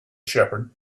shepherd